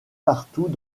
partout